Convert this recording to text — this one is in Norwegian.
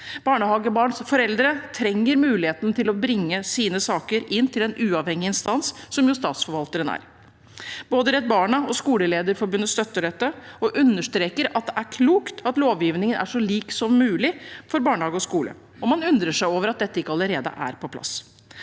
Barnehagebarns foreldre trenger muligheten til å bringe saker til en uavhengig instans, som jo statsforvalteren er. Både Redd Barna og Skolelederforbundet støtter dette og understreker at det er klokt at lovgivningen er så lik som mulig for barnehage og skole, og man undrer seg over at dette ikke allerede er på plass.